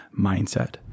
mindset